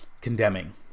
condemning